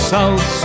South